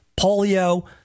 polio